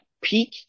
peak